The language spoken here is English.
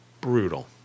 brutal